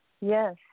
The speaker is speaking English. Yes